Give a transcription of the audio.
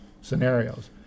scenarios